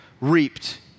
reaped